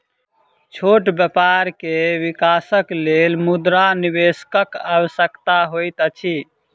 छोट व्यापार के विकासक लेल मुद्रा निवेशकक आवश्यकता होइत अछि